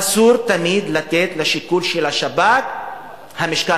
אסור תמיד לתת לשיקול של השב"כ את המשקל